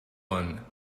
one